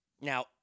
Now